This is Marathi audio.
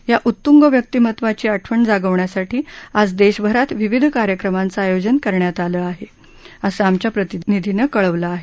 या उत्तुंग व्यक्तीमत्वाची आठवण जागवण्यासाठी आज देशभरात विविध कार्यक्रमांचं आयोजन करण्यात आलं आहे असं आमच्या प्रतिनिधीनं कळवलं आहे